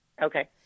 Okay